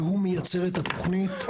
והוא מייצר את התוכנית.